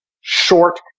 short